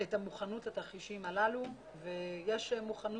את המוכנות לתרחישים הללו ויש מוכנות,